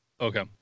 Okay